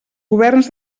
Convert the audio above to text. governs